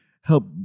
help